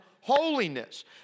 holiness